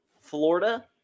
Florida